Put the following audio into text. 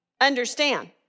understand